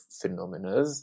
phenomena